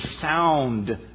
sound